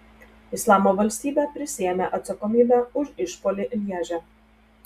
islamo valstybė prisiėmė atsakomybę už išpuolį lježe